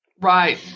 Right